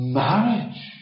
marriage